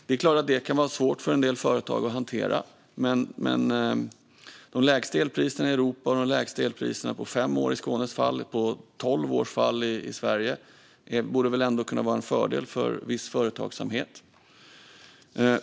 Det är klart att det kan vara svårt för en del företag att hantera, men de lägsta elpriserna i Europa och de lägsta elpriserna på fem år i Skånes fall och på tolv år i Sveriges fall borde väl ändå kunna vara en fördel för viss företagsamhet.